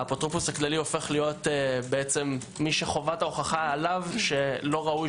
האפוטרופוס הכללי הופך להיות מי שחובת ההוכחה עליו שלא ראוי